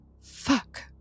fuck